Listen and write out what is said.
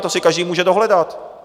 To si každý může dohledat.